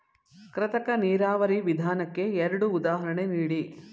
ಕೃತಕ ನೀರಾವರಿ ವಿಧಾನಕ್ಕೆ ಎರಡು ಉದಾಹರಣೆ ನೀಡಿ?